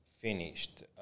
finished